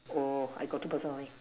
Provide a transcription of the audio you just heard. oh I got two person only